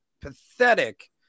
pathetic